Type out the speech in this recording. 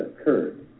occurred